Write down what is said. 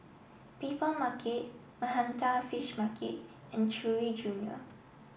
Papermarket Manhattan Fish Market and Chewy junior